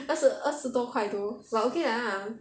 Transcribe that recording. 二十二十多块 though but okay lah